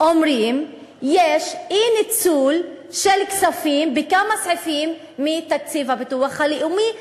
אומרים שיש אי-ניצול של כספים בכמה סעיפים מתקציב הביטוח הלאומי,